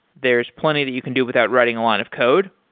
there's plenty that you can do without writing a line of code,